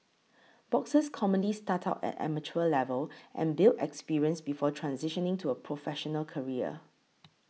boxers commonly start out at amateur level and build experience before transitioning to a professional career